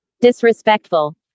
Disrespectful